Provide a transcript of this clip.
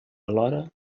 alhora